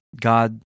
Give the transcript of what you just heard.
God